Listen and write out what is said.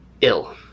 ill